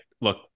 look